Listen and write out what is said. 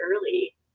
early